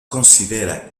considera